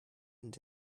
and